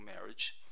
marriage